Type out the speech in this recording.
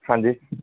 ਹਾਂਜੀ